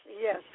yes